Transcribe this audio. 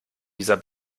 dieser